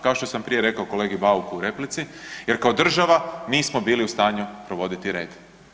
Kao što sam prije rekao kolegi Bauku u replici jer kao država nismo bili u stanju provoditi red.